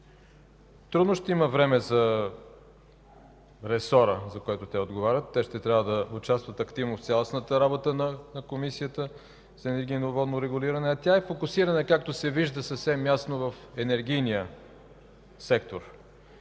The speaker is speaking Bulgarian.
трудно ще има време за ресора, за който отговарят. Те ще трябва да участват активно в цялостната работа на Комисията за енергийно и водно регулиране, а тя е фокусирана, както се вижда съвсем ясно, в енергийния сектор.